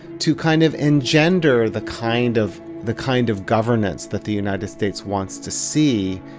to kind of engender the kind of the kind of governance that the united states wants to see.